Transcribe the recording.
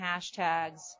hashtags